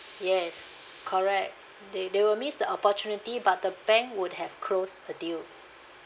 yes correct they they will miss opportunity but the bank would have closed the deal